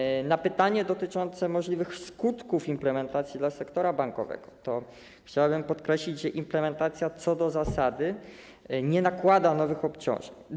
W odpowiedzi na pytanie dotyczące możliwych skutków implementacji dla sektora bankowego chciałbym podkreślić, że implementacja co do zasady nie nakłada nowych obciążeń.